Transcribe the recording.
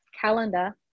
calendar